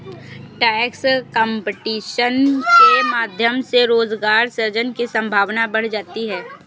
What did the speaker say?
tax competition के माध्यम से रोजगार सृजन की संभावना बढ़ जाती है